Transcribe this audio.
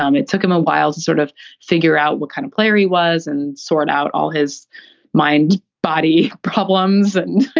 um it took him a while to sort of figure out what kind of player he was and sort out all his mind body problems. and,